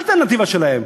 מה האלטרנטיבה שלהם?